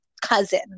cousin